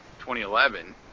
2011